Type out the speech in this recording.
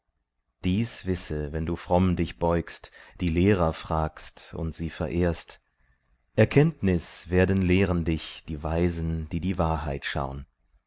dies wisse wenn du fromm dich beugst die lehrer fragst und sie verehrst erkenntnis werden lehren dich die weisen die die wahrheit schaun